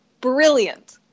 brilliant